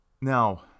Now